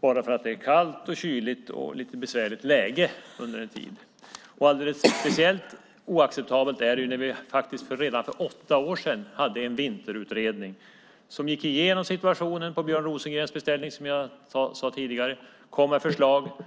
bara för att det är kallt, kyligt och lite besvärligt läge under en tid. Alldeles speciellt oacceptabelt är det när vi redan för åtta år sedan hade en vinterutredning som, vilket jag sade tidigare, på Björn Rosengrens beställning gick igenom situationen och kom med förslag.